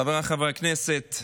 חבריי חברי הכנסת,